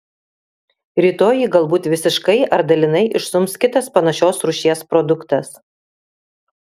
rytoj jį galbūt visiškai ar dalinai išstums kitas panašios rūšies produktas